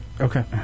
Okay